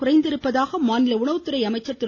குறைந்துள்ளதாக மாநில உணவுத்துறை அமைச்சர் திரு